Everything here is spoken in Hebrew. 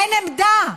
אין עמדה,